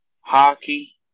Hockey